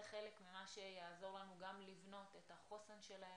חלק ממה שיעזור לנו גם לבנות את החוסן שלהם,